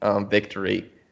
victory